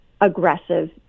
aggressive